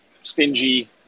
stingy